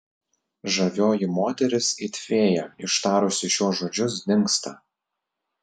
žavioji moteris it fėja ištarusi šiuos žodžius dingsta